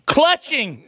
clutching